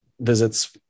visits